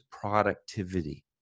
productivity